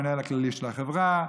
המנהל הכללי של החברה,